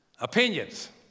Opinions